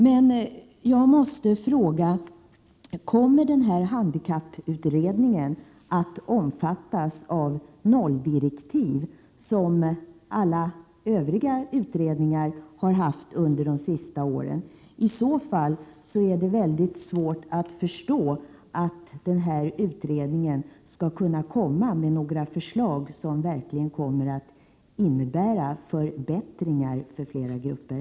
Men jag måste fråga: Kommer den här handikapputredningen att arbeta utifrån nolldirektiv, liksom alla andra utredningar gjort under de senaste åren? I så fall är det svårt att förstå att utredningen skall kunna komma med några förslag som verkligen innebär förbättringar för fler grupper.